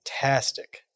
Fantastic